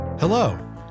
Hello